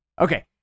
Okay